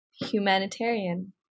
humanitarian